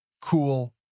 cool